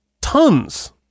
tons